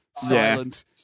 silent